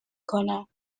کنم